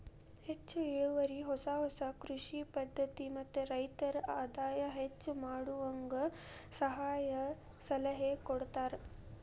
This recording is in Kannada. ಹೆಚ್ಚು ಇಳುವರಿ ಹೊಸ ಹೊಸ ಕೃಷಿ ಪದ್ಧತಿ ಮತ್ತ ರೈತರ ಆದಾಯ ಹೆಚ್ಚ ಮಾಡುವಂಗ ಸಹಾಯ ಸಲಹೆ ಕೊಡತಾರ